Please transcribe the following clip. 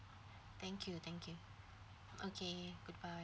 thank you thank you okay goodbye